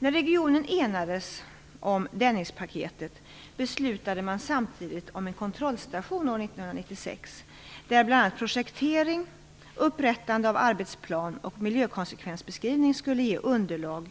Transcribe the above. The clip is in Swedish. När regionen enades om Dennispaketet beslutade man samtidigt om en kontrollstation år 1996 där bl.a. projektering, upprättande av arbetsplan och miljökonsekvensbeskrivning skulle ge underlag